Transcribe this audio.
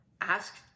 ask